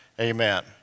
amen